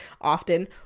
often